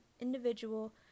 individual